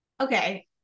Okay